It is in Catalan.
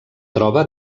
troba